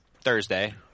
Thursday